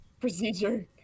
procedure